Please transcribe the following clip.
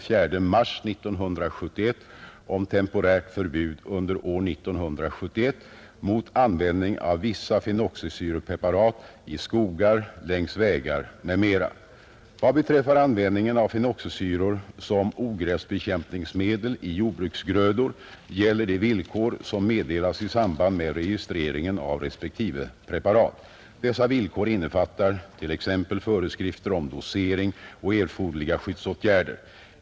grödor gäller de villkor som meddelas i samband med registreringen av respektive preparat. Dessa villkor innefattar t.ex. föreskrifter om dosering och erforderliga skyddsåtgärder.